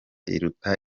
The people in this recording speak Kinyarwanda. iruta